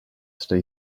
stay